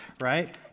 right